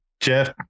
Jeff